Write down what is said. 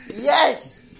Yes